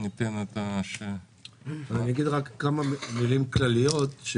אני אגיד כמה מילים כלליות.